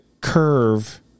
curve